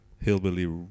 hillbilly